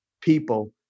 people